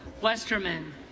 Westerman